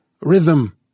rhythm